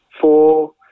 Four